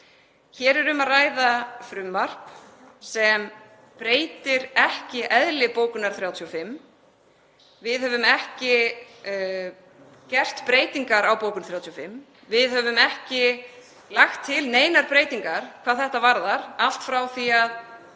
Hér er um að ræða frumvarp sem breytir ekki eðli bókunar 35. Við höfum ekki gert breytingar á bókun 35. Við höfum ekki lagt til neinar breytingar hvað þetta varðar allt frá því að